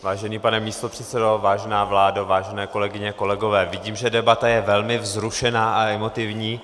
Vážený pane místopředsedo, vážená vládo, vážené kolegyně, kolegové, vidím, že debata je velmi vzrušená a emotivní.